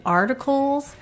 articles